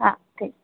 हा ठीक आहे